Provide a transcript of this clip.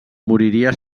moriria